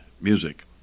music